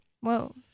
Whoa